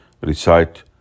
Recite